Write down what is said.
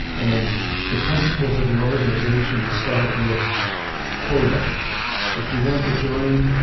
and the principles of their organization start with quota if you want to join,